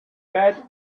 bad